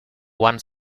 one